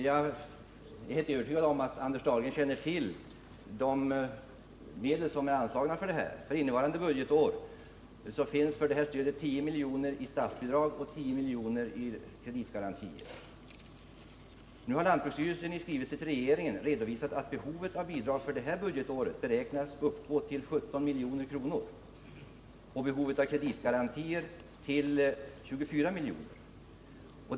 Jag är helt övertygad om att Anders Dahlgren känner till vilka medel som är anslagna för detta ändamål. För innevarande budgetår finns för stödet 10 milj.kr. i statsbidrag och 10 milj.kr. i kreditgarantier. Nu har lantbruksstyrelsen i skrivelse till regeringen redovisat att behovet av bidrag för det här budgetåret beräknas uppgå till 17 milj.kr. och behovet av kreditgarantier till 24 milj.kr.